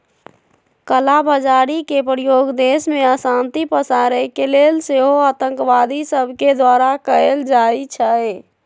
कला बजारी के प्रयोग देश में अशांति पसारे के लेल सेहो आतंकवादि सभके द्वारा कएल जाइ छइ